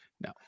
No